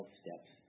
steps